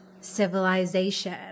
civilization